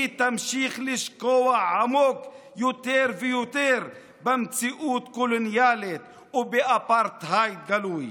היא תמשיך לשקוע עמוק יותר ויותר במציאות קולוניאלית ובאפרטהייד גלוי,